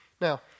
Now